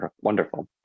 wonderful